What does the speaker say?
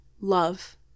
love